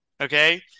okay